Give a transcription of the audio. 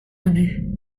ubu